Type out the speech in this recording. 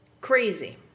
Crazy